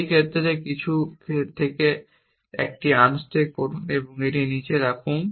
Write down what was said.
এই ক্ষেত্রে কিছু থেকে একটি আনস্ট্যাক করুন এবং একটি নিচে রাখুন